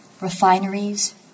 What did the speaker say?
Refineries